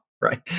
right